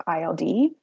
ILD